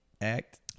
Act